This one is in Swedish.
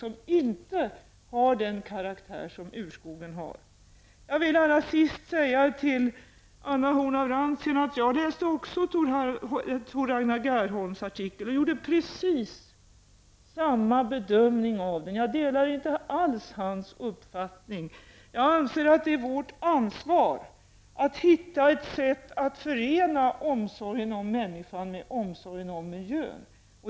Den har inte den karaktär som urskogen har. Till sist vill jag säga till Anna Horn af Rantzien att också jag läste Tor Ragnar Gerholms artikel och gjorde precis samma bedömning av den. Jag delar inte alls hans uppfattning. Jag anser att det är vårt ansvar att hitta ett sätt att förena omsorgen om människan med omsorgen om miljön.